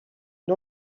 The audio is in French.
une